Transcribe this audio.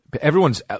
Everyone's